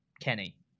Kenny